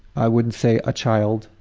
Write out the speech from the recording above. i would say a child.